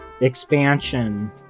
expansion